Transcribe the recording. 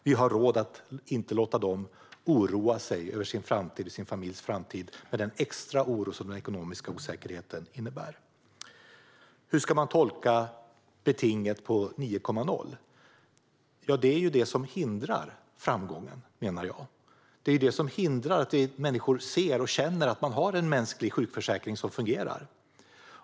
Vi har råd att inte låta dem oroa sig över sin och familjens framtid med den extra oro som den ekonomiska osäkerheten innebär. Hur ska man tolka betinget på 9,0? Jag menar att detta är vad som hindrar framgången. Detta förhindrar att människor ser och känner att det finns en mänsklig sjukförsäkring som fungerar.